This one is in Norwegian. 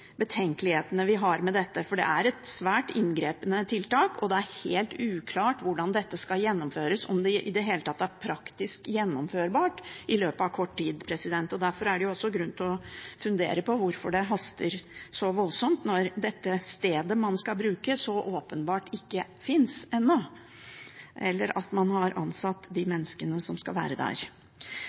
betenkelighetene vi har med dette. For det er et svært inngripende tiltak, og det er helt uklart hvordan dette skal gjennomføres – om det i det hele tatt er praktisk gjennomførbart i løpet av kort tid. Derfor er det også grunn til å fundere på hvorfor det haster så voldsomt når dette stedet man skal bruke, åpenbart ikke finnes ennå og man ikke har ansatt de menneskene som skal være der.